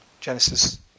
Genesis